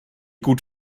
gut